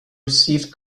received